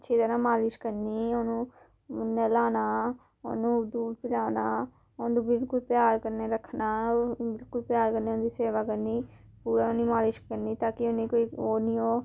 अच्छी तरह मालिश करनी ओनू नेह्लाना ओनू दूद्ध पिलाना ओनू बिल्कुल प्यार कन्नै रक्खना ओह् बिल्कुल प्यार कन्नै उंटदी सेवा करनी पूरा उटनेंगी मालिश करनी ता कि उटनेंगी कोई ओह नि ओह्